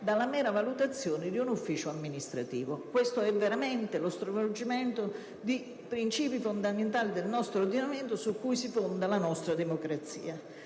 dalla mera valutazione dell'ufficio amministrativo. Questo è davvero lo stravolgimento di principi fondamentali del nostro ordinamento su cui si fonda la nostra democrazia.